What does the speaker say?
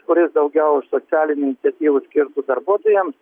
kuris daugiau iš socialinių iniciatyvų skirtų darbuotojams